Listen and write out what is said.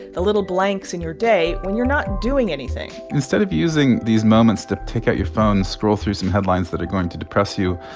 the little blanks in your day when you're not doing anything instead of using these moments to take out your phone, scroll through some headlines that are going to depress you,